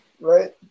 right